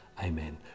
Amen